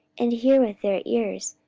and hear with their ears,